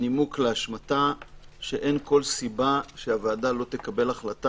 הנימוק להשמטה הוא שאין כל סיבה שהוועדה לא תקבל החלטה